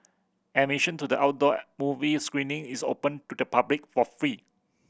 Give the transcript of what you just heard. admission to the outdoor movie screening is open to the public for free